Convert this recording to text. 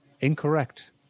Incorrect